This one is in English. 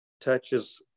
touches